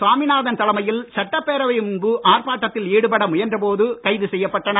சாமிநாதன் தலைமையில் சட்டப்பேரவை முன்பு ஆர்ப்பாட்டத்தில் ஈடுபட முயன்ற போது கைது செய்யப்பட்டனர்